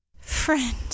friend